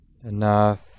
enough